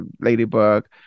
Ladybug